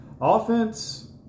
offense